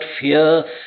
fear